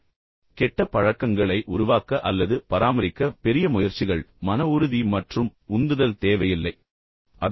முதல் ஒன்றைப் பாருங்கள் கெட்ட பழக்கங்களுக்கு பெரிய முயற்சிகள் மன உறுதி மற்றும் உந்துதல் தேவையில்லை அதை உருவாக்க அல்லது பராமரிக்க